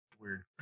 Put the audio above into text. weird